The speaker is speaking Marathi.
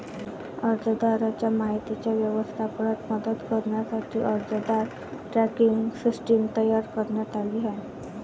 अर्जदाराच्या माहितीच्या व्यवस्थापनात मदत करण्यासाठी अर्जदार ट्रॅकिंग सिस्टीम तयार करण्यात आली आहे